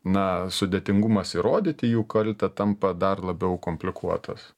na sudėtingumas įrodyti jų kaltę tampa dar labiau komplikuotas